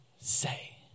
say